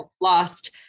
lost